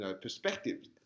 perspectives